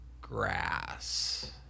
Grass